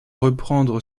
reprendre